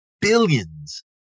billions